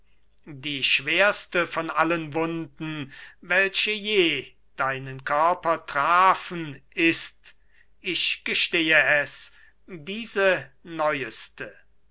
die schwerste von allen wunden welche je deinen körper trafen ist ich gestehe es diese neueste